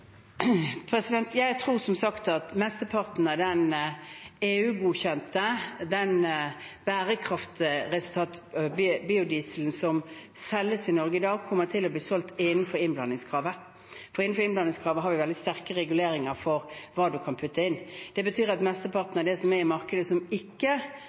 Jeg tror som sagt at mesteparten av den EU-godkjente, bærekraftige biodieselen som selges i Norge i dag, kommer til å bli solgt innenfor innblandingskravet, for i innblandingskravet ligger det sterke reguleringer for hva man kan putte inn. Det betyr at mesteparten av det som er i markedet, som ikke